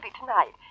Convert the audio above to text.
tonight